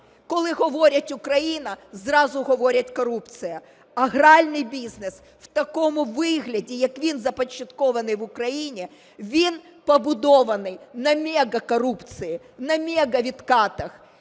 коли говорять Україна, зразу говорять корупція. А гральний бізнес в такому вигляді, як він започаткований в Україні, він побудований на мегакорупції, на мегавідкатах.